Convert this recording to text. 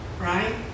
right